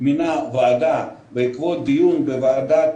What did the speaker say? מינה ועדה בעקבות דיון בוועדת